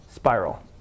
Spiral